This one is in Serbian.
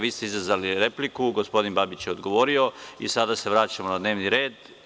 Vi ste izazvali repliku, gospodin Babić je odgovorio i sada se vraćamo na dnevni red.